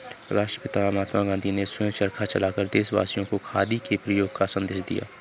राष्ट्रपिता महात्मा गांधी ने स्वयं चरखा चलाकर देशवासियों को खादी के प्रयोग का संदेश दिया